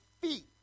feet